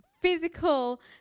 physical